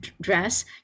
dress